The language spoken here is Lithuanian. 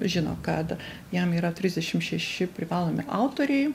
žino kad jam yra trisdešim šeši privalomi autoriai